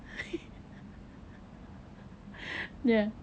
ya